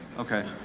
okay.